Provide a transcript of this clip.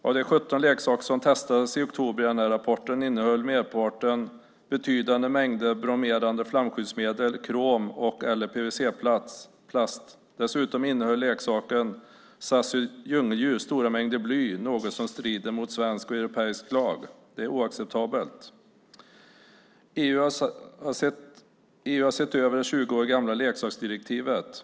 Av de 17 leksaker i rapporten som testades i oktober innehöll merparten betydande mängder bromerade flamskyddsmedel, krom och eller PVC-plast. Dessutom innehöll leksaken Sassy djungeldjur stora mängder bly, något som strider mot svensk och europeisk lag. Det är oacceptabelt. EU har sett över det 20 år gamla leksaksdirektivet.